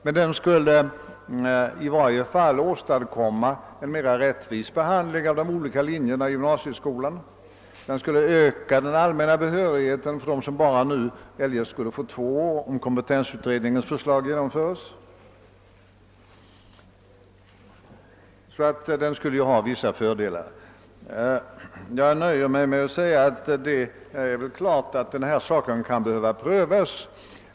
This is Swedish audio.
Men den skulle i varje fall åstadkomma en mera rättvis behandling av de olika linjerna i gymnasieskolan. Den skulle öka den allmänna behörigheten för dem som eljest bara skulle få studera två år, om kompetensutredningens förslag genomförs. Åtgärden skulle alltså medföra vissa fördelar. Det är klart att denna sak kan behöva prövas.